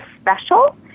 special